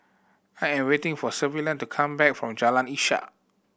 I am waiting for Sullivan to come back from Jalan Ishak